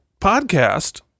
podcast